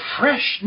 fresh